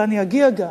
ואני אגיע גם,